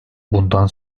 bundan